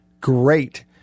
Great